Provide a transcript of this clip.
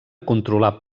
controlar